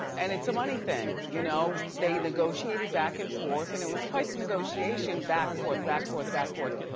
and it's a money thing, you know, they negotiated back and forth and it was quite the negotiation, back, forth, back, forth, back, forth.